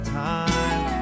time